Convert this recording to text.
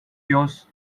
yours